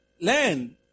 land